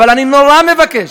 אבל אני נורא מבקש,